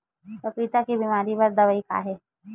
पपीता के बीमारी बर दवाई का हे?